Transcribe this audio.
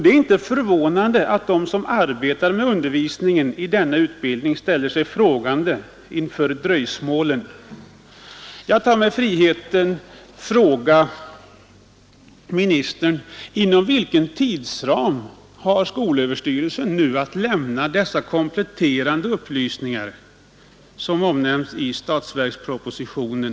Det är inte förvånande att de som arbetar med undervisningen i denna utbildning ställer sig frågande inför dröjsmålen. Jag tar mig friheten att fråga statsrådet: Inom vilken tidsram har skolöverstyrelsen nu att lämna de kompletterande upplysningar som omnämnts i statsverkspropositionen?